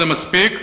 וזה מספיק,